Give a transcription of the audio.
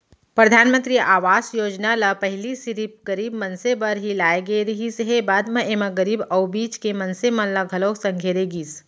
परधानमंतरी आवास योजना ल पहिली सिरिफ गरीब मनसे बर ही लाए गे रिहिस हे, बाद म एमा गरीब अउ बीच के मनसे मन ल घलोक संघेरे गिस